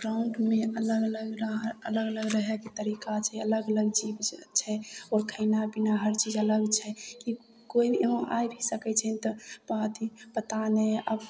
ब्रह्माण्डमे अलग अलग रह अलग अलग रहैके तरीका छै अलग अलग जीव छै ओ खएनिहार पिनिहार चीज अलग छै कि कोइ भी वहाँ आइ भी सकै छै तऽ अथी पता नहि आब